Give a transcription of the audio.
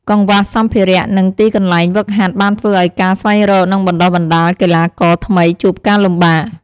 កង្វះសម្ភារៈ និងទីកន្លែងហ្វឹកហាត់បានធ្វើឱ្យការស្វែងរក និងបណ្ដុះបណ្ដាលកីឡាករថ្មីជួបការលំបាក។